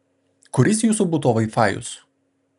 kuris jūsų buto vaifajus